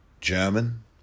German